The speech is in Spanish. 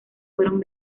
fueron